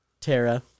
Tara